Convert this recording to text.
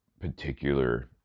particular